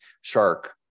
shark